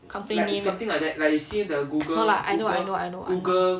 company name no lah I know I know I know